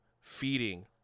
feeding